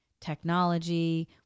technology